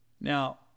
Now